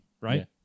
right